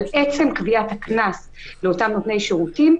אבל עצם קביעת הקנס לאותם נותני שירותים,